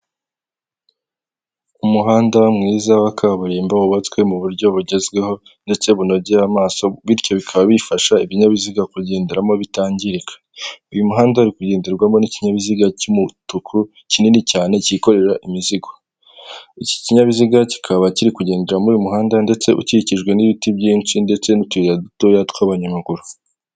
Umuhanda mwiza wa kaburimbo wubatswe mu buryo bugezweho ndetse bunogeye amaso, bityo bikaba bifasha ibinyabiziga kugenderamo bitangirika. Uyu muhanda uri kugenderwamo n'ikinyabiziga cy'umutuku kinini cyane cyikorera imizigo. Iki kinyabiziga kikaba kiri kugendera muri uyu muhanda ndetse ukikijwe n'ibiti byinshi ndetse n'utuyira dutoya tw'abanyamaguru.